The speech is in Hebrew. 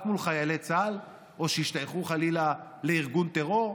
מול חיילי צה"ל או שהשתייכו חלילה לארגון טרור?